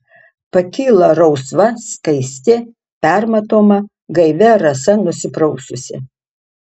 pakyla rausva skaisti permatoma gaivia rasa nusipraususi